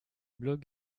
blogs